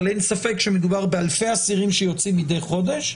אבל אין ספק שמדובר באלפי אסירים שיוצאים מידי חודש.